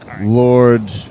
Lord